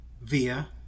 via